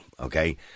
okay